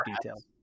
details